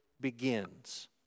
begins